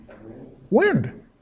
Wind